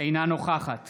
אינה נוכחת